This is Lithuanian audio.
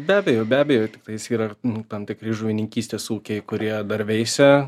be abejo be abejo tiktais yra tam tikri žuvininkystės ūkiai kurie dar veisia